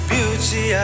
Beauty